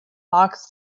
box